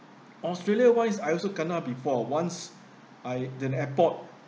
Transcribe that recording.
australia wise I also kena before once the airport